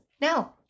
No